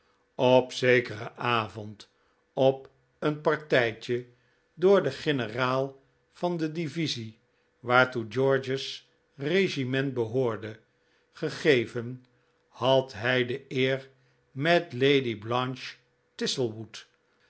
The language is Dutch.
op zekeren avond op een partijtje door den generaal van de divisie waartoe george's regiment behoorde gegeven had hij de eer met lady blanche